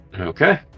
okay